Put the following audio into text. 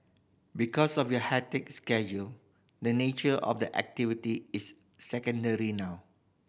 because of your hectic schedule the nature of the activity is secondary now